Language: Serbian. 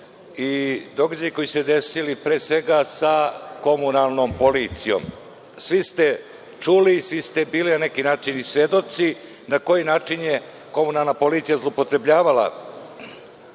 i događaji koji su se desili sa komunalnom policijom. Svi ste čuli, svi ste bili na neki način svedoci, na koji način je komunalna policija zloupotrebljavala